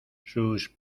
sus